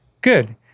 good